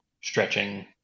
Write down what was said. stretching